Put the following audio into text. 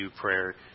prayer